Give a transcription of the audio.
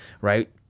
right